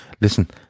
listen